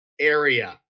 area